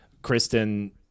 Kristen